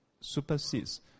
supersedes